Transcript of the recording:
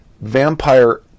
vampire